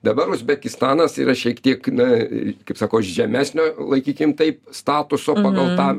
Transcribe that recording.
dabar uzbekistanas yra šiek tiek na kaip sakot žemesnio laikykim taip statuso pagal tą